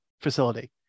facility